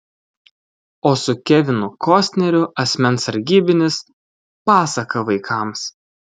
o su kevinu kostneriu asmens sargybinis pasaka vaikams